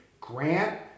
Grant